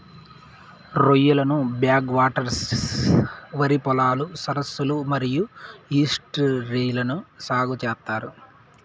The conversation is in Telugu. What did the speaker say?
రొయ్యలను బ్యాక్ వాటర్స్, వరి పొలాలు, సరస్సులు మరియు ఈస్ట్యూరీలలో సాగు చేత్తారు